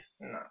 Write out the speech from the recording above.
No